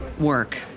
work